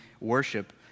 worship